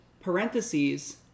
Parentheses